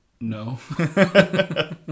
No